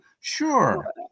sure